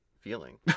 feeling